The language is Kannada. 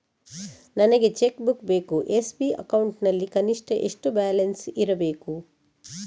ನನಗೆ ಚೆಕ್ ಬುಕ್ ಬೇಕು ಎಸ್.ಬಿ ಅಕೌಂಟ್ ನಲ್ಲಿ ಕನಿಷ್ಠ ಎಷ್ಟು ಬ್ಯಾಲೆನ್ಸ್ ಇರಬೇಕು?